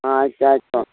ಹಾಂ ಆಯ್ತು ಆಯಿತು